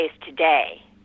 today